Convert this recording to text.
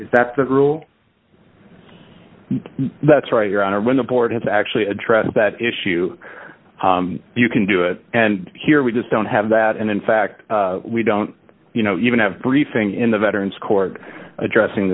is that the rule that's right your honor when the board has actually addressed that issue you can do it and here we just don't have that and in fact we don't even have briefing in the veterans court addressing